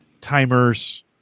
Timers